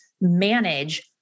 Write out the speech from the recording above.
manage